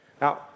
Now